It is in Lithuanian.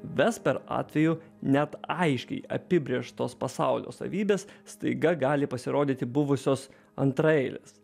vesper atveju net aiškiai apibrėžtos pasaulio savybes staiga gali pasirodyti buvusios antraeilės